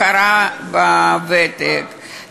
הכרה בוותק,